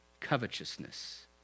covetousness